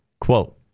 Quote